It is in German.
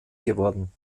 geworden